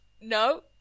No